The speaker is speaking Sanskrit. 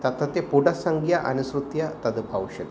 तत्रत्य पुटसङ्ख्याम् अनुसृत्य तद् भविष्यति